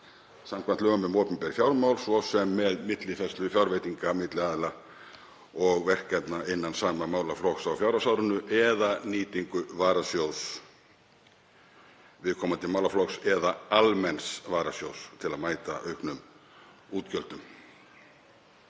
samkvæmt lögum um opinber fjármál, svo sem með millifærslu fjárveitinga milli aðila og verkefna innan sama málaflokks á fjárhagsárinu eða nýtingu varasjóðs viðkomandi málaflokks eða almenns varasjóðs til að mæta auknum útgjöldum.